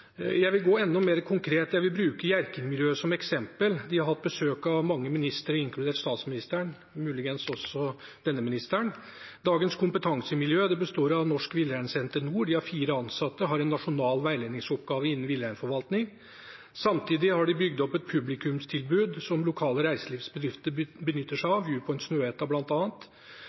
Jeg vil være enda mer konkret og bruke Hjerkinn-miljøet som eksempel. De har hatt besøk av mange ministre, inkludert statsministeren, og muligens også denne ministeren. Dagens kompetansemiljø består av Norsk Villreinsenter Nord. De har fire ansatte og har en nasjonal veiledningsoppgave innen villreinforvaltning. Samtidig har de bygd opp et publikumstilbud som lokale reiselivsbedrifter benytter seg av,